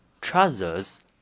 trousers